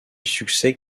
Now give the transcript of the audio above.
succès